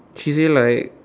she say like